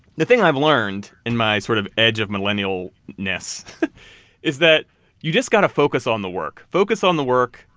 the thing i've learned in my sort of edge of millennialness is that you just got to focus on the work. focus on the work.